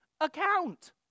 account